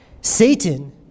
Satan